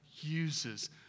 uses